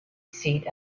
seat